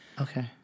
Okay